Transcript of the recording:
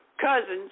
Cousins